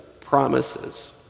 promises